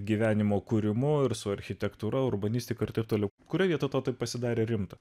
gyvenimo kūrimo ir su architektūra urbanistika ir t t kuria vieta tautai pasidarė rimta